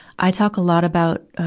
i talk a lot about, um,